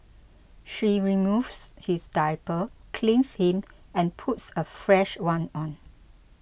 she removes his diaper cleans him and puts a fresh one on